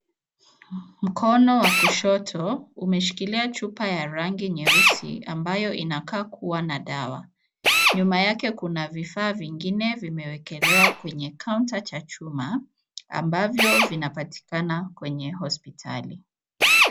Mkono wa kushoto umeshikilia chupa ya rangi nyeusi ambayo inakaa kuwa na dawa. Nyuma yake kuna vifaa vingine vimewekelewa kwenye kaunta cha chuma ambavyo vinapatikana kwenye hospitali.